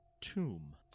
tomb